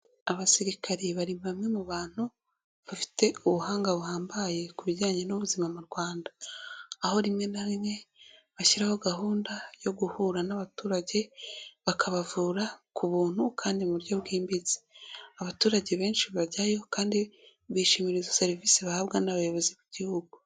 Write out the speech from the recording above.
Abasirikare bari bamwe mu bantu bafite ubuhanga buhambaye ku bijyanye n'ubuzima mu Rwanda aho rimwe na rimwe bashyiraho gahunda yo guhura n'abaturage, bakabavura ku buntu kandi mu buryo bwimbitse. Abaturage benshi bajyayo kandi bishimira izo serivisi bahabwa n'abayobozi b'igihugu.